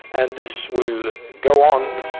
and this will go on,